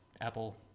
Apple